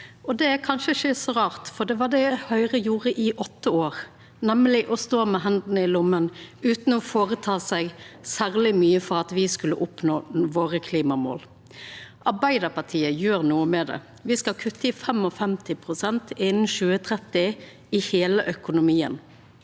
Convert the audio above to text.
Det er kanskje ikkje så rart, for det var det Høgre gjorde i åtte år, nemleg å stå med hendene i lommene utan å føreta seg særleg mykje for at me skulle oppnå klimamåla våre. Arbeidarpartiet gjer noko med det. Me skal kutta med 55 pst. innan 2030, i heile økonomien.